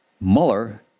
Mueller